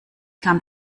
kam